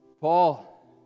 Paul